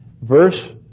Verse